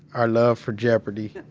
our love for jeopardy.